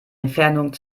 entfernung